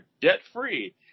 debt-free